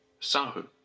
Sahu